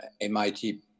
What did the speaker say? MIT